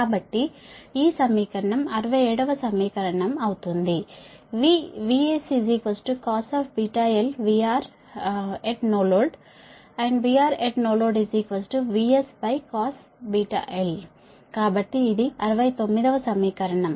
కాబట్టి ఈ సమీకరణం 67 వ సమీకరణం అది అవుతుంది VS cos VRNL VRNL Vscos కాబట్టి అది 69 వ సమీకరణం